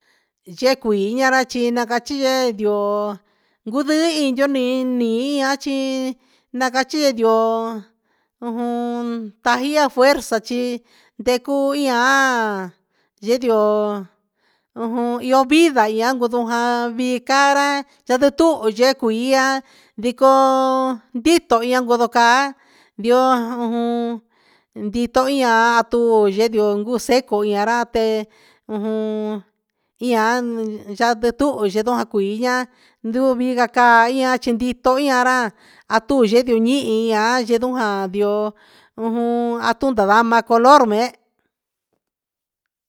Yecuii na cachi yee ndioo jundii ini ni ni ian chi na cachi yee ndioo ujun tajia fuerza chi tecu ndia yedioo ujun iyo vida ihya gundu ja vii caa ra coho yee cuiia ndicoo ndito iyo ndoco caa ndioo ujun ndito iha tu yee ndioo guseco iha ra te ujun ihan yande tuhun yee ndo cuii nduviga ia caa chi ndito iyo ra a tu yee ndiu ihin ian ndio ujun a tu ndavama color mee.